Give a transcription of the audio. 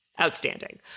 outstanding